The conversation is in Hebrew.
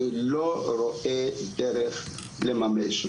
אני לא רואה דרך לממש,